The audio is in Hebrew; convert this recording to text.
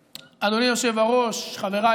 נוכחת, חברת